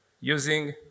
using